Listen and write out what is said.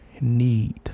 need